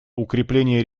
укрепление